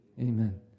Amen